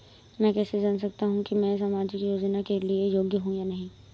मैं कैसे जान सकता हूँ कि मैं सामाजिक योजना के लिए योग्य हूँ या नहीं?